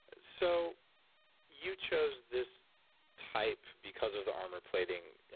so you chose this type because of the armor plating.